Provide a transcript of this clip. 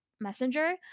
messenger